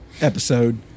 episode